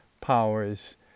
powers